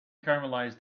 caramelized